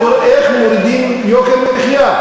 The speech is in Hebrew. איך מורידים את יוקר המחיה?